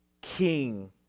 King